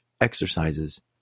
exercises